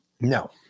No